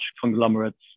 conglomerates